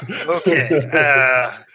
Okay